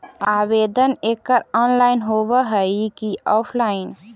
आवेदन एकड़ ऑनलाइन होव हइ की ऑफलाइन?